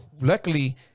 Luckily